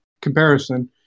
comparison